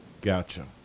Gotcha